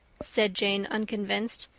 said jane unconvinced.